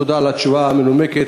ותודה על התשובה המנומקת,